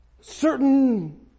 certain